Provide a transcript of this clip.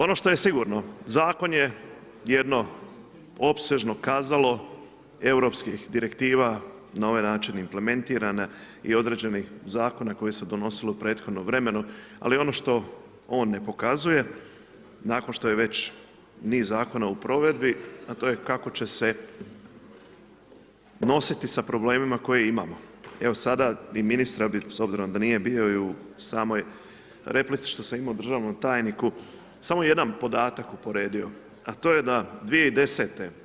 Ono što je sigurno, zakon je jedno opsežno kazalo europskih direktiva na ovaj način implementiranih i određenih zakona koji se donosilo u prethodnom vremenu, ali ono što on ne pokazuje, nakon što je već niz zakona u provedbi, a to je kako će se nositi sa problemima koje imamo. evo sada i ministra bi, s obzirom da nije bio i u samoj replici koju sam imao državnom tajniku samo jedan podatak uporedio, a to je da 2010.